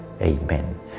Amen